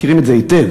מכירים את זה היטב.